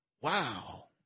Wow